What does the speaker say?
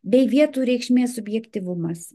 bei vietų reikšmės subjektyvumas